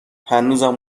هنوزم